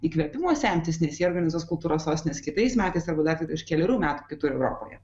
įkvėpimo semtis nes jie organizuos kultūros sostinės kitais metais arba dar tiktai už kelerių metų kitur europoje